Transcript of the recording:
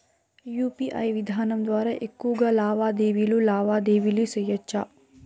UPI విధానం ద్వారా ఎక్కువగా లావాదేవీలు లావాదేవీలు సేయొచ్చా?